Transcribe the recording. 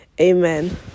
amen